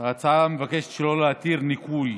הצעה שמבקשת שלא להתיר ניכוי